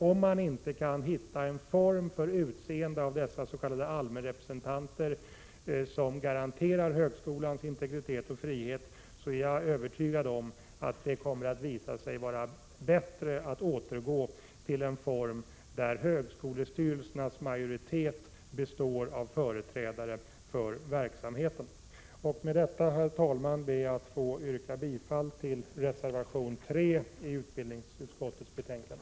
Om man inte kan hitta en form för utseende av dessa s.k. allmänrepresentanter som garanterar högskolans integritet och frihet, är jag för min del övertygad om att det kommer att visa sig vara bättre att återgå till en form där högskolestyrelsernas majoritet består av företrädare för verksamheten. Med detta, herr talman, ber jag att få yrka bifall till reservation 3 i utbildningsutskottets betänkande.